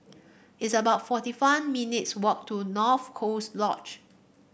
it's about forty one minutes' walk to North Coast Lodge